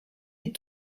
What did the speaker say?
est